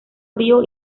frío